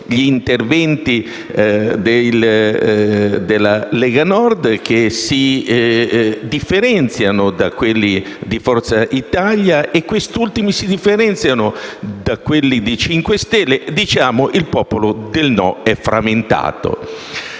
gli interventi della Lega Nord, che si differenziano da quelli di Forza Italia, e questi ultimi si differenziano, a loro volta, da quelli dei 5 Stelle: il popolo del no è frammentato.